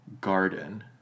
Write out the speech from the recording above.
garden